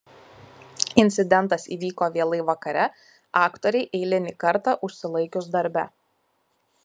incidentas įvyko vėlai vakare aktorei eilinį kartą užsilaikius darbe